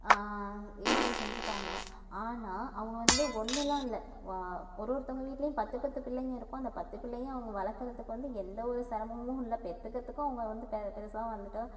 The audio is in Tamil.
ஈஸியாக செஞ்சிவிட்டாங்க ஆனால் அவங்க வந்து ஒன்றுலாம் இல்லை ஒரு ஒருத்தவங்க வீட்லையும் பத்து பத்து பிள்ளைங்க இருக்கும் அந்த பத்து பிள்ளையும் அவங்க வளர்க்குறதுக்கு வந்து எந்த ஒரு சிரமமும் இல்லை பெற்றுக்குறதுக்கும் அவங்க வந்து பெருசாக வந்துவிட்டு